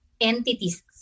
entities